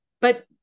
But-